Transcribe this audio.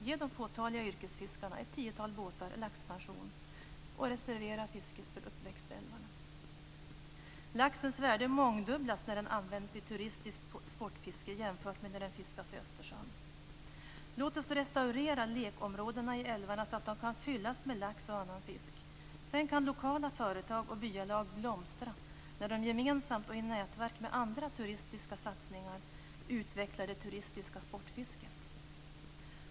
Ge de fåtaliga yrkesfiskarna, ett tiotal båtar, laxpension och reservera fisket för uppväxtälvarna. Laxens värde mångdubblas när den används i turistiskt sportfiske jämfört med när den fiskas i Östersjön. Låt oss restaurera lekområdena i älvarna så att de kan fyllas av lax och annan fisk. Sedan kan lokala företag och byalag blomstra när de gemensamt och i nätverk med andra turistiska satsningar utvecklar det turistiska sportfisket.